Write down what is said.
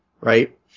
right